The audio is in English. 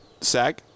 Sag